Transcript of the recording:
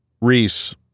Reese